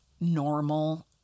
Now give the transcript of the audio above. normal